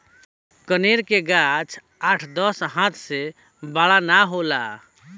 कनेर के गाछ आठ दस हाथ से बड़ ना होला